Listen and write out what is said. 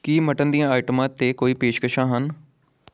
ਕੀ mutton ਦੀਆਂ ਆਈਟਮਾਂ 'ਤੇ ਕੋਈ ਪੇਸ਼ਕਸ਼ਾਂ ਹਨ